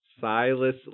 Silas